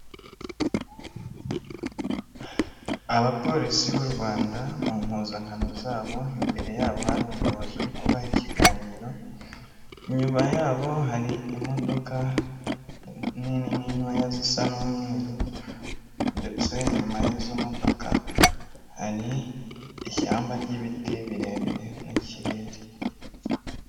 Abapolisi b'u Rwanda mu mpuzankano zabo imbere yabo hari umuyobozi uri kubaha ikiganiro nyuma ya hari imodoka nini n'intoya zisa z'umweru ndetse nyuma y'izo modoka hari ishyamba ry'ibiti birebire n'ikirere.